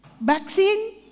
Vaccine